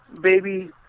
baby